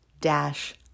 dash